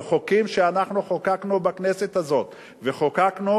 וחוקים שאנחנו חוקקנו בכנסת הזאת וחוקקנו